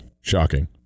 Shocking